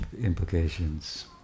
implications